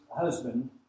husband